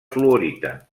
fluorita